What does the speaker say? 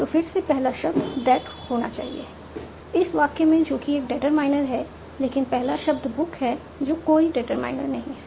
तो फिर से पहला शब्द दैट होना चाहिए इस वाक्य में जो कि एक डिटरमाइनर है लेकिन पहला शब्द बुक है जो कोई डिटरमाइनर नहीं है